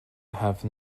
have